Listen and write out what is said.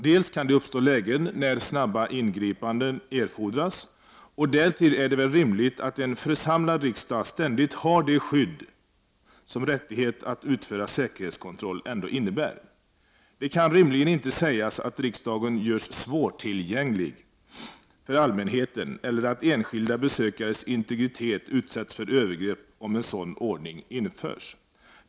Dels kan det uppstå lägen när snabba ingripanden erfordras, dels är det väl rimligt att en församlad riksdag ständigt har det skydd som rättigheten att utföra säkerhetskontroll innebär. Det kan rimligen inte sägas att riksdagen görs svårtillgänglig för allmänheten eller att enskilda besökares integritet utsätts för övergrepp om en sådan ordning införs.